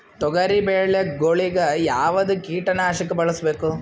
ತೊಗರಿಬೇಳೆ ಗೊಳಿಗ ಯಾವದ ಕೀಟನಾಶಕ ಬಳಸಬೇಕು?